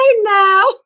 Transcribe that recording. now